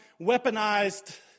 weaponized